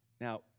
Now